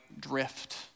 drift